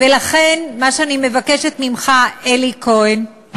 לכן, מה שאני מבקשת ממך, אלי כהן,